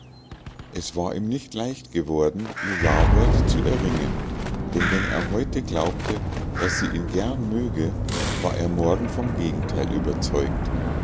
es war ihm nicht leicht geworden ihr jawort zu erringen denn wenn er heute glaubte daß sie ihn gern möge war er morgen vom gegenteil überzeugt